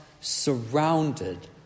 surrounded